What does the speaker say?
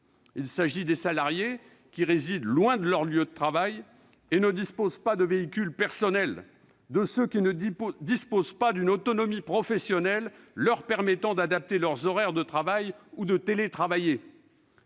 Il s'agit des salariés qui résident loin de leur lieu de travail et ne disposent pas d'un véhicule personnel, de ceux qui ne bénéficient pas d'une autonomie professionnelle leur permettant d'adapter leurs horaires de travail ou de télétravailler